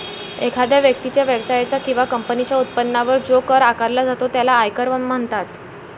एखाद्या व्यक्तीच्या, व्यवसायाच्या किंवा कंपनीच्या उत्पन्नावर जो कर आकारला जातो त्याला आयकर म्हणतात